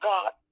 God